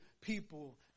people